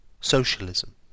Socialism